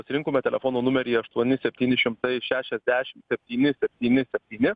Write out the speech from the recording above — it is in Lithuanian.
atrinkome telefono numerį aštuoni septyni šimtai šešiasdešim septyni septyni septyni